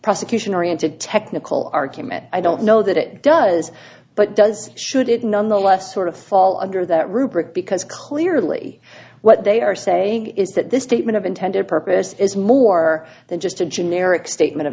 prosecution oriented technical argument i don't know that it does but does should it nonetheless sort of fall under that rubric because clearly what they are saying is that this statement of intended purpose is more than just a generic statement of